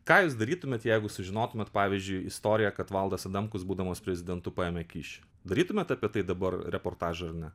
ką jūs darytumėt jeigu sužinotumėt pavyzdžiui istoriją kad valdas adamkus būdamas prezidentu paėmė kyšį darytumėt apie tai dabar reportažą ar ne